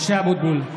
משה אבוטבול,